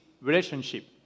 relationship